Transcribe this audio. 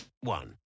one